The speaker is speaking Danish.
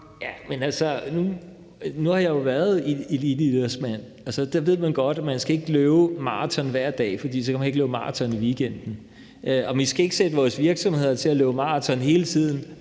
Valentin (V): Nu har jeg jo været en eliteidrætsmand. Når man har været det, ved man godt, at man ikke skal løbe maraton hver dag, for så kan man ikke løbe maraton i weekenden. Vi skal ikke sætte vores virksomheder til at løbe maratonløb hele tiden,